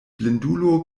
blindulo